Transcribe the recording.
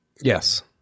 Yes